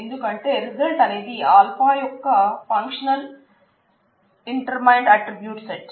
ఎందుకంటే రిజల్ట్ అనేది α యొక్క ఫంక్షనల్ ఇటర్మైన్డ్ ఆట్రిబ్యూట్ల సెట్